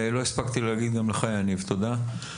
לא הספקתי להגיד גם לך יניב, תודה.